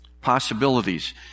Possibilities